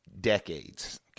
decades